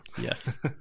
Yes